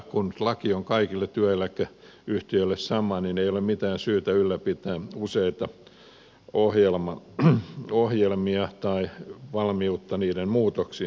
kun nyt laki on kaikille työeläkeyhtiöille sama niin ei ole mitään syytä ylläpitää useita ohjelmia tai valmiutta niiden muutoksiin